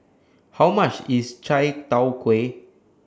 How much IS Chai Tow Kuay